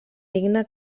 digne